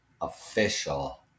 official